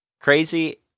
crazy